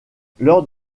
lors